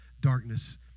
darkness